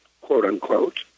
quote-unquote